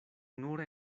nur